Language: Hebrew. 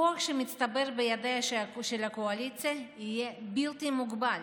הכוח שמצטבר בידיה של הקואליציה יהיה בלתי מוגבל.